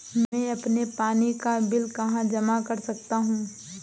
मैं अपने पानी का बिल कहाँ जमा कर सकता हूँ?